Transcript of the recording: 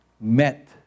met